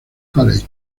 college